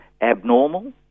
abnormal